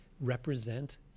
represent